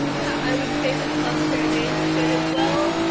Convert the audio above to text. yeah, i would say the club pair dates but as well,